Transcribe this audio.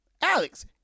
Alex